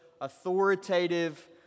authoritative